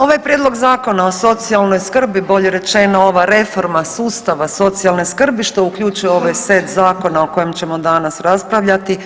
Ovaj prijedlog Zakona o socijalnoj skrbi bolje rečeno ova reforma sustava socijalne skrbi što uključuje ovaj set o kojem ćemo danas raspravljati